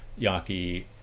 Yaki